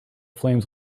flames